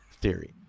theory